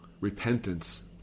Repentance